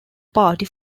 party